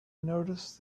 noticed